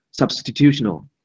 substitutional